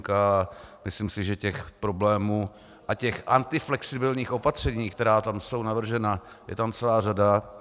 A myslím si, že těch problémů a těch antiflexibilních opatření, která tam jsou navržena, je tam celá řada.